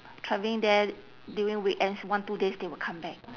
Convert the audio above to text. travelling there during weekends one two days they will come back